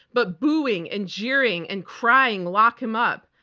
but booing and jeering and crying, lock him up.